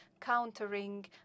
countering